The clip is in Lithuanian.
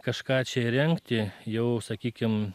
kažką čia įrengti jau sakykim